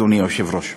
אדוני היושב-ראש.